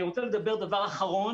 אני רוצה לדבר על הדבר האחרון,